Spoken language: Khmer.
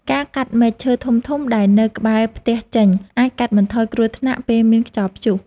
ការកាត់មែកឈើធំៗដែលនៅក្បែរផ្ទះចេញ អាចកាត់បន្ថយគ្រោះថ្នាក់ពេលមានខ្យល់ព្យុះ។